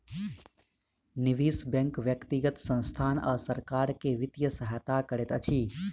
निवेश बैंक व्यक्तिगत संसथान आ सरकार के वित्तीय सहायता करैत अछि